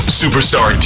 superstar